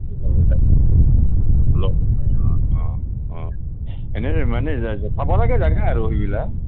অঁ অঁ অঁ এনে মানে চাব লাগে জাগা আৰু সেইবিলাক